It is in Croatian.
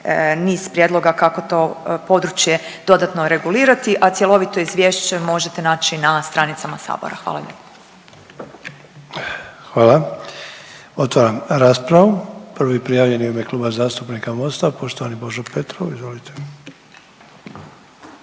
niz prijedloga kako to područje dodatno regulirati a cjelovito izvješće možete naći na stranicama Sabora. Hvala. **Sanader, Ante (HDZ)** Hvala. Otvaram raspravu. Prvi prijavljeni je u ime Kluba zastupnika MOST-a poštovani Božo Petrov. Izvolite.